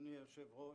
אדוני היושב-ראש,